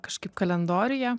kažkaip kalendoriuje